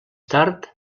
tard